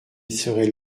serait